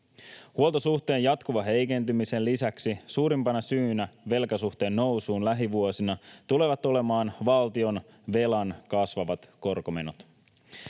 Huoltosuhteen jatkuvan heikentymisen lisäksi suurimpana syynä velkasuhteen nousuun lähivuosina tulevat olemaan valtionvelan kasvavat korkomenot.